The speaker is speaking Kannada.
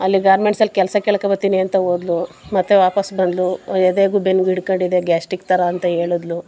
ಅಲ್ಲಿ ಗಾರ್ಮೆಂಟ್ಸ್ ಅಲ್ಲಿ ಲಸ ಕೇಳ್ಕೊ ಬರ್ತೀನಿ ಅಂತ ಹೋದ್ಲು ಮತ್ತೆ ವಾಪಸ್ಸು ಬಂದಳು ಎದೆಗೂ ಬೆನ್ನಿಗೂ ಹಿಡ್ಕೊಂಡಿದೆ ಗ್ಯಾಸ್ಟಿಕ್ ಥರ ಅಂತ ಹೇಳಿದ್ಲು